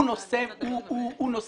הוא נושא משרה,